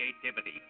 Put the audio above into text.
creativity